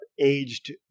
aged